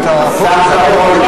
תודה.